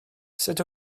sut